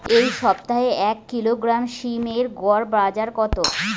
এই সপ্তাহে এক কিলোগ্রাম সীম এর গড় বাজার দর কত?